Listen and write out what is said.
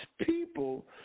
people